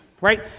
right